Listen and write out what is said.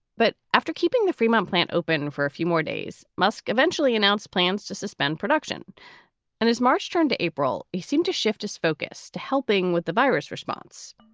but after keeping the fremont plant open for a few more days, musk eventually announced plans to suspend production and his march turned to april. he seemed to shift his focus to helping with the virus response.